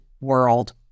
world